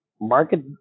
market